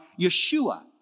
Yeshua